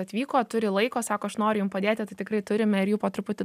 atvyko turi laiko sako aš noriu jum padėti tai tikrai turime ir jų po truputį